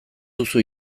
duzu